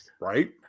Right